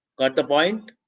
got the point